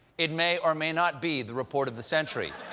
it may or may not be the report of the century.